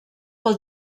pels